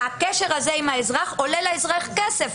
אבל הקשר הזה עם האזרח עולה לאזרח כסף,